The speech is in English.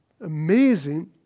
amazing